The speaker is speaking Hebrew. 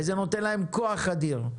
וזה נותן להם כוח אדיר.